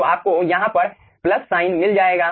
तो आपको यहाँ पर प्लस साइन मिल जाएगा